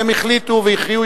והם החליטו והכריעו.